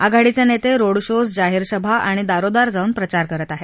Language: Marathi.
आघाडीचे नेते रोड शोज जाहीर सभा आणि दारोदार जाऊन प्रचार करत आहेत